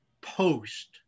post